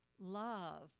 love